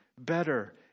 better